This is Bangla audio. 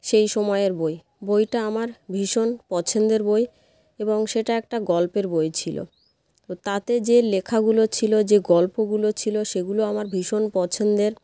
সেই সময়ের বই বইটা আমার ভীষণ পছন্দের বই এবং সেটা একটা গল্পের বই ছিল তো তাতে যে লেখাগুলো ছিল যে গল্পগুলো ছিল সেগুলো আমার ভীষণ পছন্দের